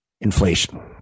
inflation